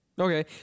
Okay